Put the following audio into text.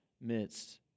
midst